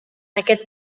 aquest